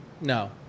no